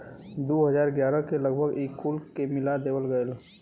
दू हज़ार ग्यारह के लगभग ई कुल के मिला देवल गएल